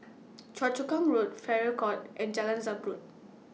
Choa Chu Kang Road Farrer Court and Jalan Zamrud